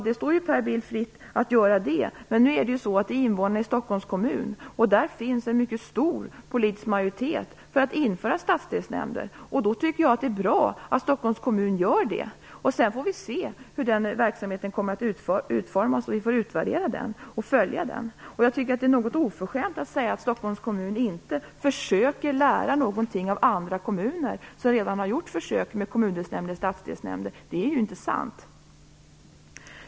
Det står Per Bill fritt att göra det, men nu är det så att vi är invånare i Stockholms kommun och där finns en mycket stor politisk majoritet för att införa stadsdelsnämnder. Då tycker jag att det är bra att Stockholms kommun gör det. Sedan får vi se hur den verksamheten kommer att utformas. Vi får utvärdera den och följa den. Jag tycker att det är något oförskämt att säga att Stockholms kommun inte försöker lära någonting av andra kommuner som redan har gjort försök med kommundelsnämnder och stadsdelsnämnder. Det är ju inte sant.